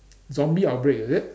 zombie outbreak is it